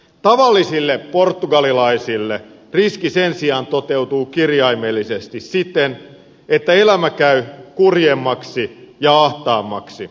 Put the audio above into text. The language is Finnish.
tavallisille portugalilaisille riski sen sijaan toteutuu kirjaimellisesti siten että elämä käy kurjemmaksi ja ahtaammaksi